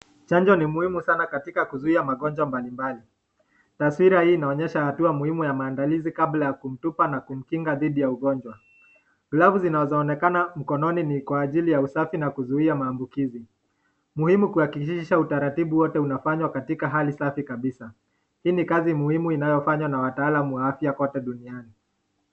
Chanjo ni muhimu sana katika kuzuia magonjwa mbalimbali. Taswira hii inaonyesha hatua muhimu ya maandalizi kabla ya kumtupa na kumkinga dhidi ya ugonjwa. Glavu zinazoonekana mkononi ni kwa ajili ya usafi na kuzuia maambukizi. Muhimu kuhakikisha utaratibu wote unafanywa katika hali safi kabisa. Hii ni kazi muhimu inayofanywa na wataalamu wa afya kote duniani.